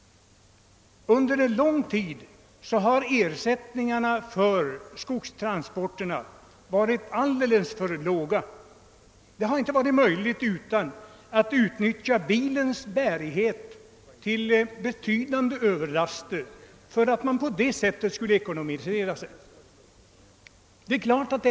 Under en lång tid har ersättningarna för skogstransporterna varit alldeles för låga. Det har inte varit möjligt att göra dem ekonomiskt lönsamma om man inte utnyttjat bilens bärighet och tagit betydande överlaster.